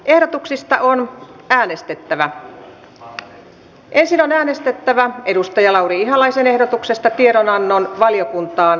ensin on äänestettävä lauri ihalaisen ehdotuksesta tiedonannon valiokuntaan lähettämisestä